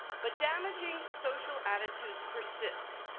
but damaging social attitudes persist,